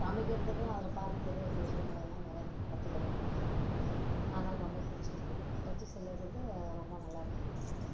சமைக்கிறதுக்கும் அதில் பார்த்து தெரியாத சில விஷயங்கள எல்லாம் நிறையா நம்ம கற்றுக்குறோம் அதனால் ரொம்ப பிடிச்சிருக்கு டச்சு செல்லு இருக்கிறது ரொம்ப நல்லா இருக்குது